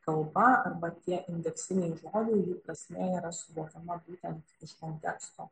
kalba arba tie indeksiniai žodžiai jų prasmė yra suvokiama būtent iš konteksto